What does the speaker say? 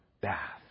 bath